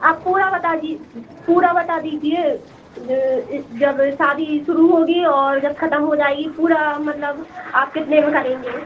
आप पूरा बता दी पूरा बता दीजिए जब शादी शुरू होगी और जब ख़त्म हो जाएगी पूरा मतलब आप कितने में करेंगे